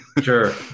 Sure